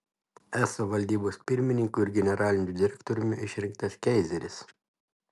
eso valdybos pirmininku ir generaliniu direktoriumi išrinktas keizeris